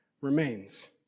remains